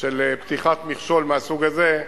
של פתיחת מכשול מהסוג הזה,